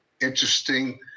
interesting